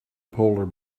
polar